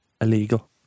Illegal